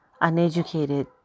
uneducated